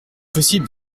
possible